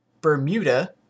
Bermuda